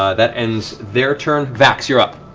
ah that ends their turn. vax, you're up.